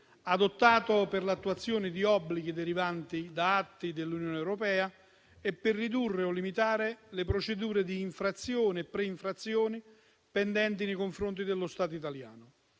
urgenti per l'attuazione di obblighi derivanti da atti dell'Unione europea e da procedure di infrazione e pre-infrazione pendenti nei confronti dello Stato italiano"